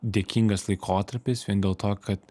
dėkingas laikotarpis vien dėl to kad